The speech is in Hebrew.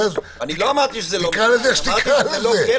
לא אמרתי שזו לא מכלאה.